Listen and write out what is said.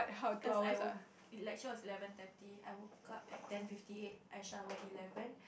cause I woke lecture is eleven thirty I woke up at ten fifty eight I shower eleven